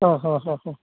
ആഹാഹാഹാ